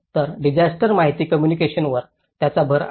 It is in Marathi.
तर डिसास्टर माहिती कोम्मुनिकेशनवर त्याचा भर आहे